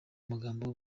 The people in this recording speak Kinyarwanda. magambo